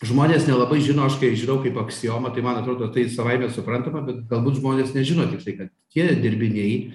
žmonės nelabai žino aš žinau kaip aksiomą tai man atrodo tai savaime suprantama bet galbūt žmonės nežino tiksliai kad tie dirbiniai